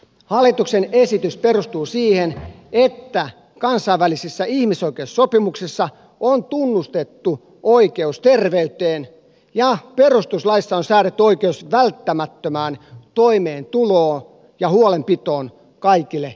hallituksen esitys perustuu siihen että kansainvälisissä ihmisoikeussopimuksissa on tunnustettu oikeus terveyteen ja perustuslaissa on säädetty oikeus välttämättömään toimeentuloon ja huolenpitoon kaikille ihmisille